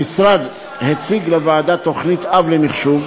המשרד הציג לוועדה תוכנית-אב למחשוב,